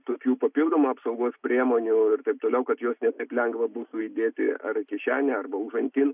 tokių papildomų apsaugos priemonių ir taip toliau kad jos ne taip lengva būtų įdėti ar į kišenę arba užantin